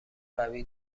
قوی